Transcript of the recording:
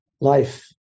life